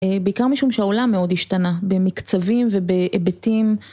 בעיקר משום שהעולם מאוד השתנה במקצבים ובהיבטים.